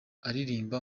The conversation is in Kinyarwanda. aririmba